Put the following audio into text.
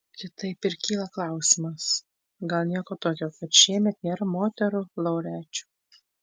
kitaip ir kyla klausimas gal nieko tokio kad šiemet nėra moterų laureačių